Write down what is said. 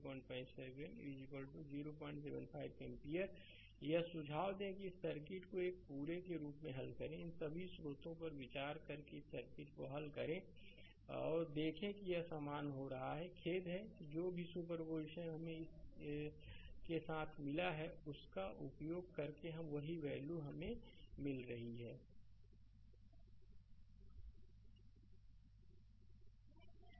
Glossaryशब्दकोश English Word Word Meaning Homogeneity property homogeneity property समरूपता गुण Excitation excitation उद्दीपन Response response प्रतिक्रिया Constant कांस्टेंट अचर स्थिर multiply मल्टीप्लाई गुणा input इनपुट डालना additivity property एडिटिविटी प्रॉपर्टी योजगता के गुण linear element लीनियर एलिमेंट रैखिक तत्व homogeneity होमोजेनििटी समरूपता dependent source डिपेंडेंट सोर्स आश्रित resistor रजिस्टर प्रतिरोध consume कंज्यूम खपाना value वैल्यू मान breaking ब्रेकिंग तोड़ना parallel पैरलल समानांतर open ओपन खुला additivity एडिटिविटी योज्यता Reference रिफरेंस संदर्भ